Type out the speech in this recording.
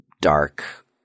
dark